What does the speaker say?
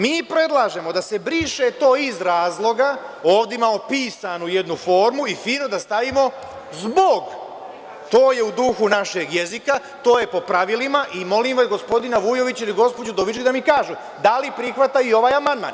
Mi predlažemo da se briše to „iz razloga“ ovde imamo pisanu jednu formu i fino da stavimo „zbog“ to je u duhu našeg jezika, to je po pravilima i molim gospodina Vujovića ili gospođu Udovički da mi kažu – da li prihvataju ovaj amandman?